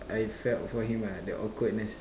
I felt for him ah the awkwardness